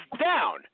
down